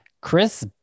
Chris